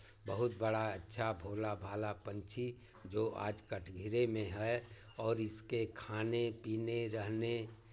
बहुत बड़ा अच्छा भोला भाला पंछी जो आज कटघरे में है और इसके खाने पीने रहने